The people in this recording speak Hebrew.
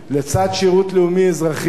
לצד שירות לאומי אזרחי,